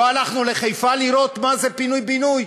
לא הלכנו לחיפה לראות מה זה פינוי-בינוי?